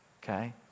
okay